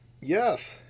Yes